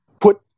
put